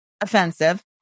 offensive